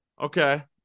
Okay